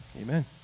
Amen